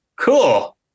cool